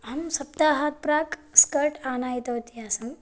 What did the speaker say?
अहं सप्ताहात् प्राक् स्कर्ट् आनायितवती आसम्